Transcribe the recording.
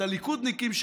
את הליכודניקים,